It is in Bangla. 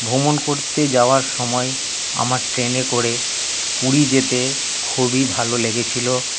ভ্রমণ করতে যাওয়ার সময় আমার ট্রেনে করে পুরী যেতে খুবই ভালো লেগেছিল